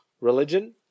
religion